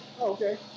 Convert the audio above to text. Okay